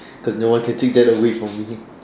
because no one can take that away from me